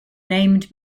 named